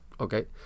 okay